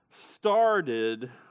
started